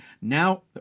Now